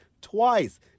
twice